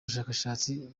bushakashatsi